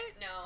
No